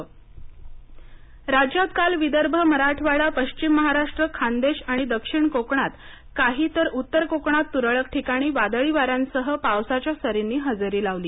हवामान राज्यात काल विदर्भमराठवाडापश्चिम महाराष्ट्र खान्देश आणि दक्षिण कोकणात काही तर उत्तर कोकणात तुरळक ठिकाणी वादळी वाऱ्यांसह पावसाच्या सरींनी हजेरी लावली